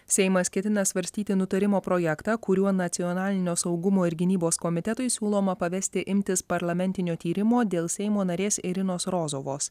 seimas ketina svarstyti nutarimo projektą kuriuo nacionalinio saugumo ir gynybos komitetui siūloma pavesti imtis parlamentinio tyrimo dėl seimo narės irinos rozovos